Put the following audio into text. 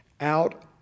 out